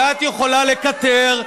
ואת יכולה לקטר.